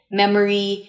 memory